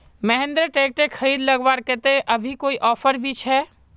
Mahindra tractor खरीद लगवार केते अभी कोई ऑफर भी छे?